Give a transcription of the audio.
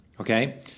Okay